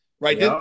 right